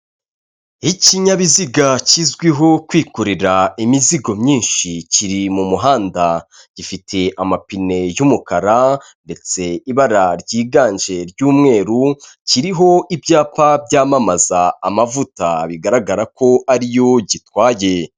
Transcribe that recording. Ikinyabiziga kizwiho kwikorera imizigo myinshi, kiri mu muhanda, gifite amapine y'umukara ndetse ibara ryiganje ry'umweru, kiriho ibyapa byamamaza amavuta bigaragara ko ari yo gitwaye.